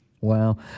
Wow